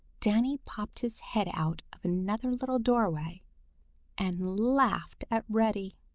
danny popped his head out of another little doorway and laughed at reddy.